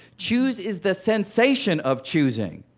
choose is the sensation of choosing.